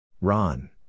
Ron